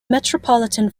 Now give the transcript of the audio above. metropolitan